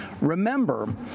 remember